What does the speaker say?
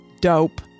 dope